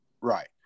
Right